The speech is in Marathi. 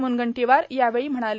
म्नगंटीवार यावेळी म्हणाले